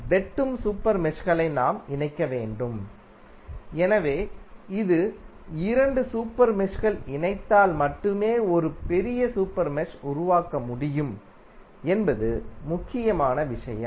வெட்டும் சூப்பர் மெஷ்களை நாம் இணைக்க வேண்டும் எனவே இது இரண்டு சூப்பர் மெஷ்கள் இணைத்தால் மட்டுமே ஒரு பெரிய சூப்பர் மெஷ் உருவாக்க முடியும் என்பது முக்கியமான விஷயம்